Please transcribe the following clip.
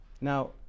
Now